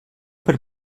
per